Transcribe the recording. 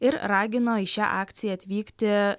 ir ragino į šią akciją atvykti